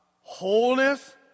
Wholeness